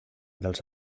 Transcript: dels